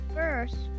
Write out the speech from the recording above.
first